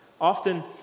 Often